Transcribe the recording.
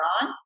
on